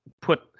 put